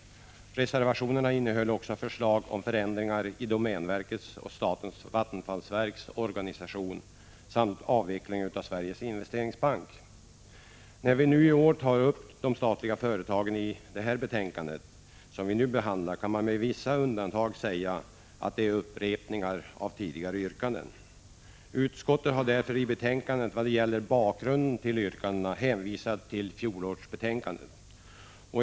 Reservationerna innehöll också förslag om förändringar i domänverkets och statens vattenfallsverks organisation samt avveckling av Sveriges Investeringsbank. När vi i år tar upp de statliga företagen i det betänkande vi nu behandlar, kan man med vissa undantag säga att vi upprepar tidigare yrkanden. Utskottet har därför beträffande bakgrunden till yrkandena hänvisat till fjolårsbetänkandet.